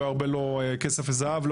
לא ירבה לו כסף וזהב,